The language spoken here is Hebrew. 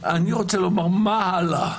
אני רוצה לומר מה הלאה.